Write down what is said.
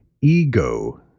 ego